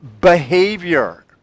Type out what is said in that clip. behavior